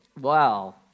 wow